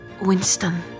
Winston